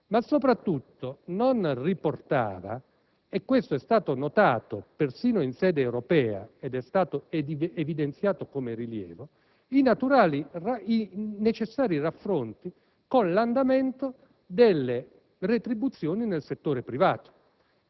ma soprattutto non riportava - e questo è stato notato persino in sede europea ed evidenziato come rilievo - i necessari raffronti con l'andamento delle retribuzioni nel settore privato.